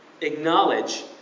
acknowledge